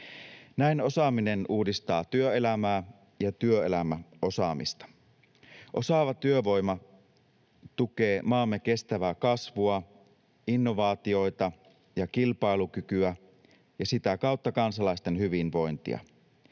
Näin osaaminen uudistaa työelämää ja työelämä osaamista. Osaava työvoima tukee maamme kestävää kasvua, innovaatioita ja kilpailukykyä ja sitä kautta kansalaisten hyvinvointia.